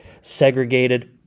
segregated